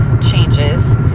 changes